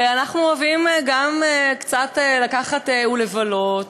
ואנחנו אוהבים גם קצת לקחת ולבלות,